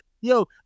Yo